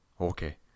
Okay